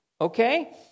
Okay